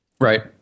Right